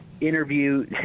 interview